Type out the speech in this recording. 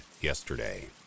yesterday